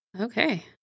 Okay